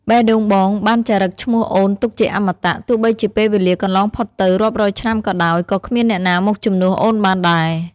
បេះដូងបងបានចារឹកឈ្មោះអូនទុកជាអមតៈ ទោះបីជាពេលវេលាកន្លងផុតទៅរាប់រយឆ្នាំក៏ដោយ ក៏គ្មានអ្នកណាមកជំនួសអូនបានដែរ។